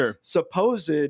supposed